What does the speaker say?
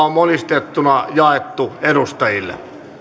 on monistettuna jaettu edustajille